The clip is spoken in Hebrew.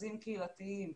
מרכזים קהילתיים,